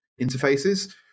interfaces